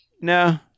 No